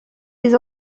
des